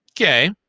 Okay